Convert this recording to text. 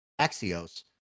Axios